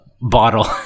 bottle